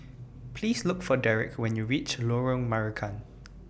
Please Look For Derek when YOU REACH Lorong Marican